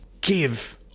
give